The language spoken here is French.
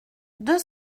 deux